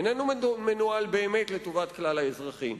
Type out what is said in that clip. איננו מנוהל באמת לטובת כלל האזרחים.